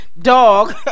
dog